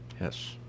yes